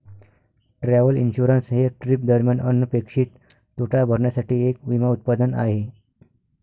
travel insurance हे trip दरम्यान अनपेक्षित तोटा भरण्यासाठी एक विमा उत्पादन आहे